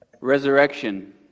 Resurrection